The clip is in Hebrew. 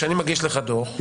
כשאני מגיש לך דו"ח,